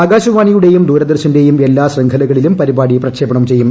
ആകാശവാണിയുടെയും ദൂരദർശന്റെയും എല്ലാ ശൃംഖലകളിലും പരിപാടി പ്രക്ഷേപണം ചെയ്യും